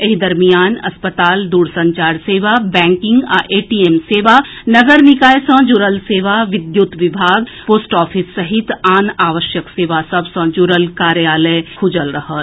एहि दरमियान अस्पताल दूरसंचार सेवा बैंकिंग आ एटीएम सेवा नगर निकाय सँ जुड़ल सेवा विद्युत विभाग पोस्ट ऑफिस सहित आन आवश्यक सेवा सभ सँ जुड़ल कार्यालय खुजल रहत